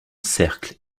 cercle